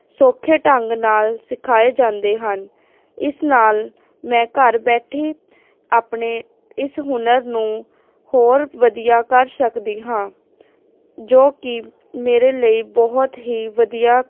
ਸੌਖੇ ਢੰਗ ਨਾਲ ਸਿਖਾਏ ਜਾਂਦੇ ਹਨ ਇਸ ਨਾਲ ਮੈਂ ਘਰ ਬੈਠੇ ਆਪਣੇ ਇਸ ਹੁਨਰ ਨੂੰ ਹੋਰ ਵਧੀਆ ਕਰ ਸਕਦੀ ਹਾਂ ਜੋ ਕਿ ਮੇਰੇ ਲਈ ਬਹੁਤ ਹੀ ਵਧੀਆ